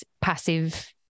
passive